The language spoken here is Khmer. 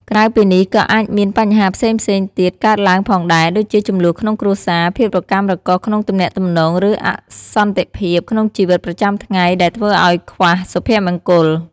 ក្រៅពីនេះ ក៏អាចមានបញ្ហាផ្សេងៗទៀតកើតឡើងផងដែរ ដូចជាជម្លោះក្នុងគ្រួសារ ភាពរកាំរកូសក្នុងទំនាក់ទំនង ឬអសន្តិភាពក្នុងជីវិតប្រចាំថ្ងៃ ដែលធ្វើឲ្យខ្វះសុភមង្គល។